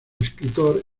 escritor